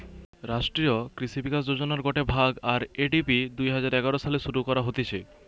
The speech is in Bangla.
রাষ্ট্রীয় কৃষি বিকাশ যোজনার গটে ভাগ, আর.এ.ডি.পি দুই হাজার এগারো সালে শুরু করা হতিছে